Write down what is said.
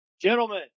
Gentlemen